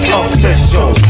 official